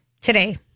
today